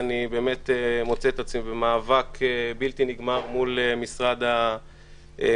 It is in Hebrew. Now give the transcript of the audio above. אני באמת מוצא את עצמי במאבק בלתי נגמר מול משרד המשפטים.